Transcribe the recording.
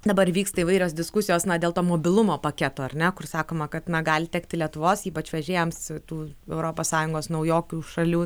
dabar vyksta įvairios diskusijos na dėl to mobilumo paketo ar ne kur sakoma kad na gali tekti lietuvos ypač vežėjams tų europos sąjungos naujokių šalių